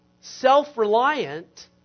self-reliant